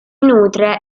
nutre